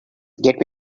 get